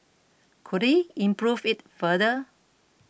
could he improve it further